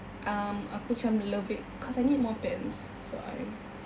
um aku macam lebih cause I need more pants so I